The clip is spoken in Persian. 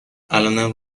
الانم